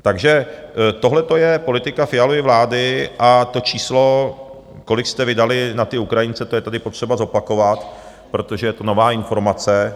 Takže tohle to je politika Fialovy vlády a to číslo, kolik jste vydali na ty Ukrajince, to je tady potřeba zopakovat, protože je to nová informace.